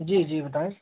जी जी होता है